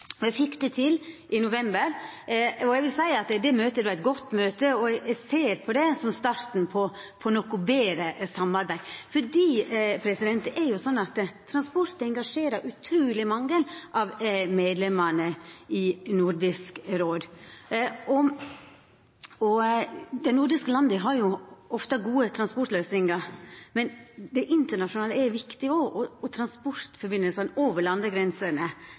fekk det til i november. Eg vil seia at det vart eit godt møte, og eg ser på det som starten på eit noko betre samarbeid, fordi det er slik at transport engasjerer utruleg mange av medlemene i Nordisk råd. Dei nordiske landa har ofte gode transportløysingar. Men det internasjonale er viktig òg, og transportforbindelsane over landegrensene